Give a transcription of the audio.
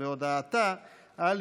אתה לא, הקראת ב-2013.